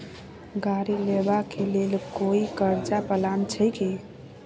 गाड़ी लेबा के लेल कोई कर्ज प्लान छै की?